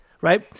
right